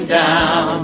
down